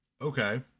okay